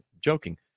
joking